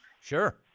Sure